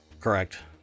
Correct